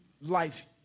life